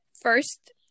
first